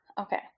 Okay